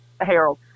Harold